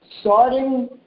starting